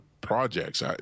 projects